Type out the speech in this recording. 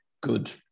good